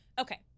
Okay